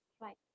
right